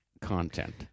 content